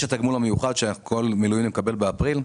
יש את התגמול המיוחד שכל מילואימניק מקבל באפריל.